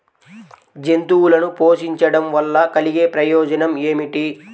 జంతువులను పోషించడం వల్ల కలిగే ప్రయోజనం ఏమిటీ?